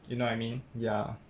you know what I mean ya